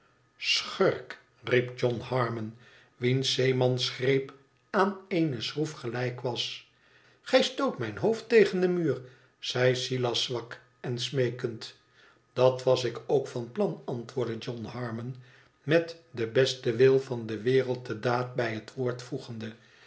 schurk riep john harmon wiens zeemansgreep aan eene schroef gelijk was gij stoot mijn hoofd tegen den muur zei silas zwak en smeekend dat was ik ook van plan antwoordde john harmon met den besten wil van de wereld de daad bij het woord voegende